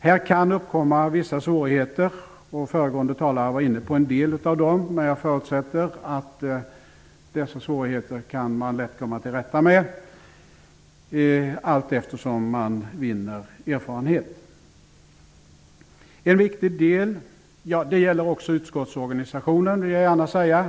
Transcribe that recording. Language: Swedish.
Här kan uppkomma vissa svårigheter -- föregående talare var inne på en del av dem -- men jag förutsätter att man lätt kan komma till rätta med dem allteftersom man vinner erfarenhet. Det gäller också utskottsorganisationen.